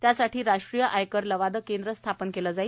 त्यासाठी राष्ट्रीय आयकर लवाद केंद्र स्थापन केलं जाणार